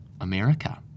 America